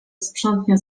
sprzątnie